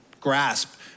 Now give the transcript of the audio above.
grasp